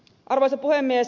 arvoisa puhemies